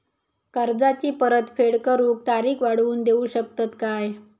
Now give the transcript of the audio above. कर्जाची परत फेड करूक तारीख वाढवून देऊ शकतत काय?